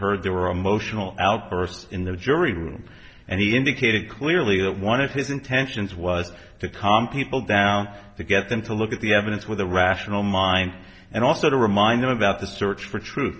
heard there were emotional outbursts in the jury room and he indicated clearly that one of his intentions was to calm people down to get them to look at the evidence with a rational mind and also to remind them about the search for truth